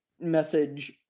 message